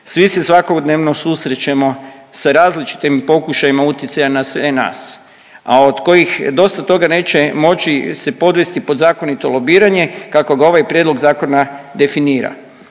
Svi se svakodnevno susrećemo sa različitim pokušajima utjecaja na sve nas, a od kojih dosta toga neće moći se podvesti pod zakonito lobiranje kako ga ovaj prijedlog zakona definira.